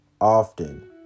often